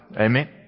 Amen